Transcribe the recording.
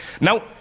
Now